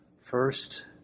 First